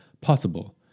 possible